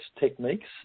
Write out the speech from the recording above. techniques